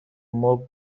مبل